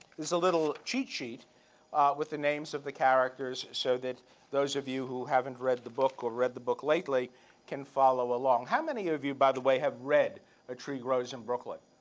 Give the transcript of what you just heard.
is a little cheat sheet with the names of the characters so that those of you who haven't read the book or read the book lately can follow along. how many of you, by the way, have read a tree grows in brooklyn?